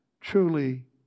truly